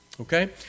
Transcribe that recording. Okay